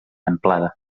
amplada